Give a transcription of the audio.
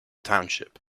township